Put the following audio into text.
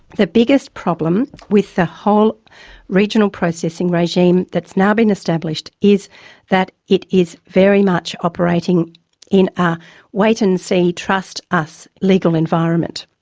the biggest problem with the whole regional processing regime that's now been established is that it is very much operating in a wait and see, trust us' legal environment.